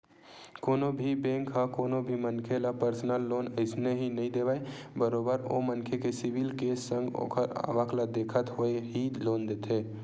कोनो भी बेंक ह कोनो भी मनखे ल परसनल लोन अइसने ही नइ देवय बरोबर ओ मनखे के सिविल के संग ओखर आवक ल देखत होय ही लोन देथे